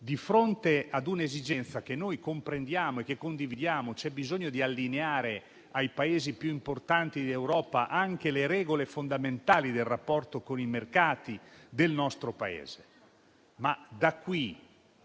di fronte ad un'esigenza che noi comprendiamo e che condividiamo; c'è bisogno di allineare ai Paesi più importanti d'Europa anche le regole fondamentali del rapporto con i mercati del nostro Paese.